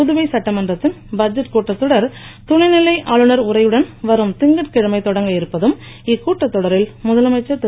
புதுவை சட்டமன்றத்தின் பட்ஜெட் கூட்டத் தொடர் துணைநிலை ஆளுநர் உரையுடன் வரும் தங்கட்கிழமை தொடங்க இருப்பதும் இக்கூட்டத் தொடரில் முதலமைச்சர் திரு